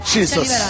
Jesus